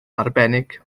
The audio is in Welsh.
arbennig